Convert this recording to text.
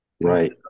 Right